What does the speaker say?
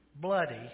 bloody